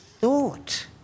thought